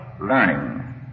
learning